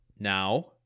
Now